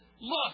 look